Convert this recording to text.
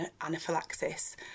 anaphylaxis